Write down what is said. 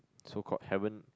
so called heaven